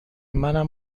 منم